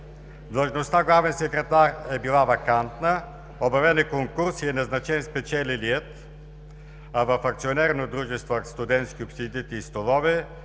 Длъжността „главен секретар“ е била вакантна, обявен е конкурс и е назначен спечелилият, а в Акционерно дружество „Студентски столове